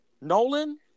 Nolan